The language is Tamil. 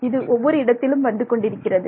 இது ஒவ்வொரு இடத்திலும் வந்து கொண்டிருக்கிறது